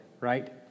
right